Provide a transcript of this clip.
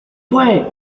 fué